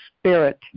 spirit